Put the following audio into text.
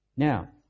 Now